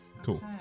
Cool